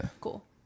Cool